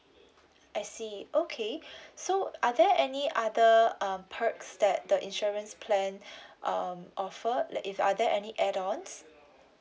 I see okay so are there any other uh perks that the insurance plan um offer let if are there any add ons